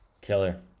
Killer